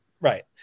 Right